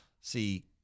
see